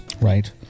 Right